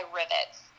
rivets